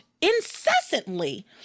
incessantly